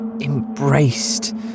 Embraced